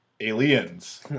aliens